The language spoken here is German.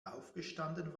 aufgestanden